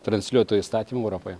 transliuotojo įstatymą europoje